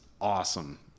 awesome